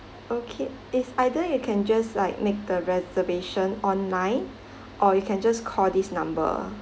okay is either you can just like make the reservation online or you can just call this number